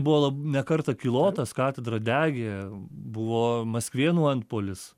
buvo lab ne kartą kilotas katedra degė buvo maskvėnų antpuolis